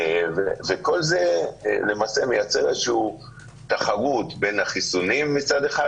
וכל זה למעשה מייצר תחרות בין החיסונים מצד אחד,